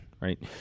right